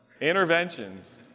Interventions